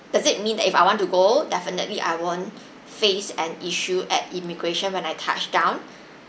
does it mean that if I want to go definitely I won't face an issue at immigration when I touch down